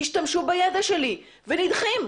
תשתמשו בידע שלי ונדחים.